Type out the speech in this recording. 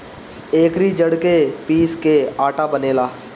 एकरी जड़ के पीस के आटा बनेला